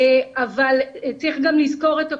אבל צריך לזכור גם את הכותרת,